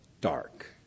dark